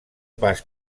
pas